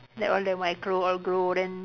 that one the all grow then